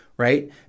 Right